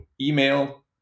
email